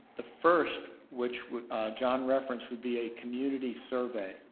the first which john referenced would be a community survey,